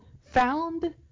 Found